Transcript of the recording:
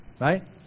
right